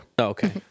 Okay